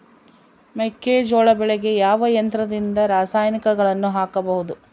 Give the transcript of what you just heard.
ಮೆಕ್ಕೆಜೋಳ ಬೆಳೆಗೆ ಯಾವ ಯಂತ್ರದಿಂದ ರಾಸಾಯನಿಕಗಳನ್ನು ಹಾಕಬಹುದು?